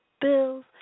bills